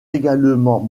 également